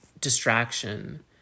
distraction